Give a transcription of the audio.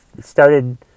started